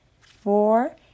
four